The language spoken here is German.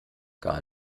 gar